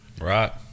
Right